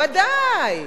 ודאי.